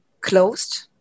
closed